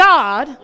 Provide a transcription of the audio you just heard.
God